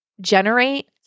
Generate